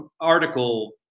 article